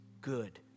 good